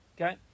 Okay